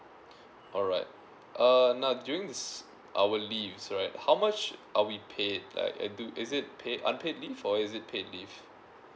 alright err now during this our leaves right how much are we paid like do is it paid unpaid leave or is it paid leave